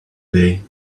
day